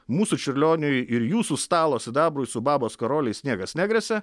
mūsų čiurlioniui ir jūsų stalo sidabrui su babos karoliais niekas negresia